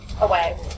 away